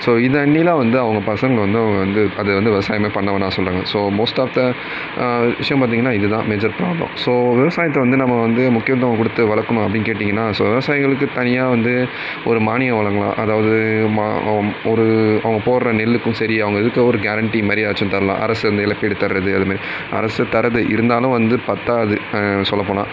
so இதன்னில வந்து அவங்க பசங்க வந்து அவங்க வந்து அது வந்து விவசாயமே பண்ண வேணாம்ன்னு சொல்கிறாங்க ஸோ மோஸ்ட் ஆஃப் த விஷயம் பார்த்திங்கன்னா இது தான் மேஜர் ப்ராப்ளம் ஸோ விவசாயத்தை வந்து நம்ம வந்து முக்கியத்துவம் கொடுத்து வளர்க்கணும் அப்படின்னு கேட்டிங்கன்னா ஸோ விவசாயிகளுக்கு தனியாக வந்து ஒரு மானியம் வழங்கலாம் அதாவது ஒரு அவங்க போடுகிற நெல்லுக்கும் சரி அவங்க கிட்ட ஒரு கேரண்டி மாதிரி எதாச்சும் தரலாம் அரசு அந்த இழப்பீடு தர்றது அதுமாரி அரசு தருது இருந்தாலும் வந்து பற்றாது சொல்ல போனால்